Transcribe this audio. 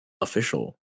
official